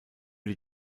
die